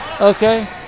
Okay